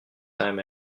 time